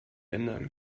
ändern